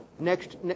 Next